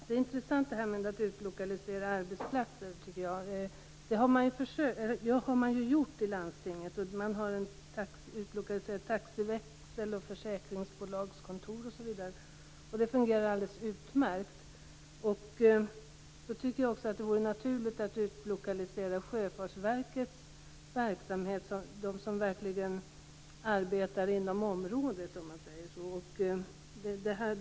Herr talman! Detta med att utlokalisera arbetsplatser är intressant, tycker jag. Det har man ju gjort inom landstingen. Man har utlokaliserat taxiväxlar, försäkringsbolagskontor osv., och det fungerar alldeles utmärkt. Då vore det naturligt att utlokalisera också Sjöfartsverkets verksamhet, eftersom det verkligen arbetar inom området.